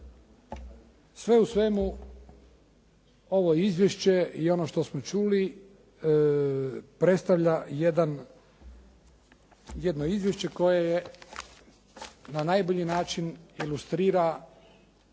Sve u svemu, ovo izvješće i ono što smo čuli predstavlja jedno izvješće koje je na najbolji način ilustrira